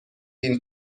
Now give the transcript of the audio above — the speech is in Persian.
این